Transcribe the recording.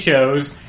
shows